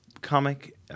comic